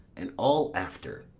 and all after.